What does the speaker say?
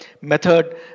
method